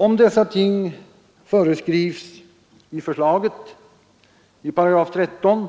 Om dessa ting föreskrivs i förslagets 13 §,